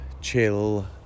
chill